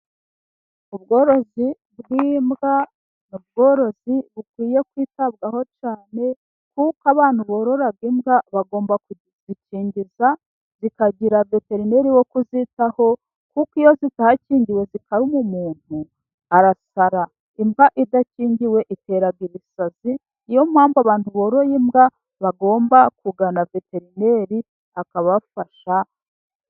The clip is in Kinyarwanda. Ubworozi bw'imbwa mu bworozi bukwiye kwitabwaho cyane kuko abana borora imbwa bagomba kuzikingiza. Zikagira veterineri wo kuzitaho kuko iyo zitakingiwe zikaruma umuntu arasara. Imbwa idakingiwe iterara ibisazi. Ni yo mpamvu abantu boroye imbwa bagomba kugana veterineri akabafasha.